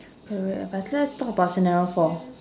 wait wait but let us talk about scenario four